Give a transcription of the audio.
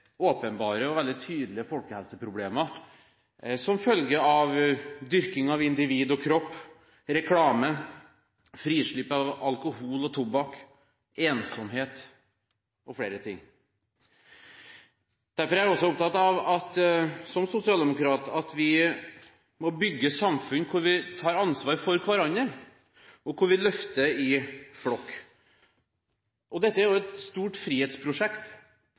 åpenbare og veldig tydelige folkehelseproblemer som følge av dyrking av individ og kropp, reklame, frislipp av alkohol og tobakk, ensomhet osv. Derfor er jeg som sosialdemokrat også opptatt av at vi må bygge samfunn hvor vi tar ansvar for hverandre, og hvor vi løfter i flokk. Dette er et stort frihetsprosjekt,